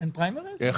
עומר בדרך